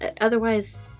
otherwise